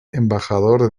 embajador